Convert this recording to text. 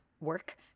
work